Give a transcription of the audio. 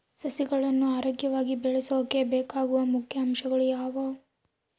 ಸಸಿಗಳನ್ನು ಆರೋಗ್ಯವಾಗಿ ಬೆಳಸೊಕೆ ಬೇಕಾಗುವ ಮುಖ್ಯ ಅಂಶಗಳು ಯಾವವು?